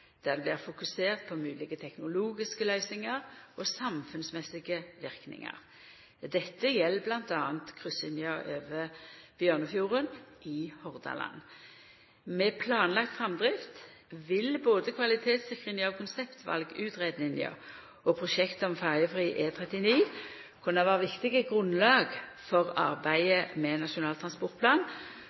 der det blir fokusert på moglege teknologiske løysingar og samfunnsmessige verknader. Dette gjeld bl.a. kryssinga over Bjørnefjorden i Hordaland. Med planlagd framdrift vil både kvalitetssikringa av konseptvalutgreiinga og prosjektet om ferjefri E39 kunna vera viktige grunnlag for arbeidet med Nasjonal transportplan